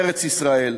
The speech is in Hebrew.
ארץ-ישראל.